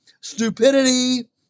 stupidity